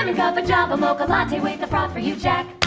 and and ah but java, mocha latte with the froth for you jack